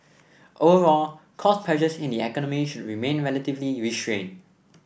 overall cost pressures in the economy should remain relatively restrained